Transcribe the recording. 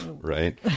right